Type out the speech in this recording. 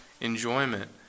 enjoyment